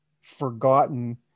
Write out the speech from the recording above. forgotten